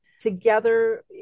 Together